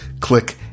click